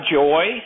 joy